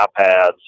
iPads